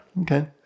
okay